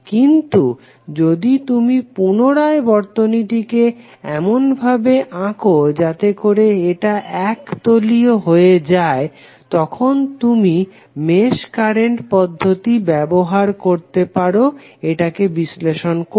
কিন্তু যদি তুমি পুনরায় বর্তনীটিকে এমনভাবে আঁকো যাতে করে এটা এক তলীয় হয়ে যায় তখন তুমি মেশ কারেন্ট পদ্ধতি ব্যবহার করতে পারো এটাকে বিশ্লেষণ করতে